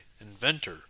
inventor